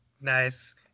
nice